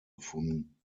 gefunden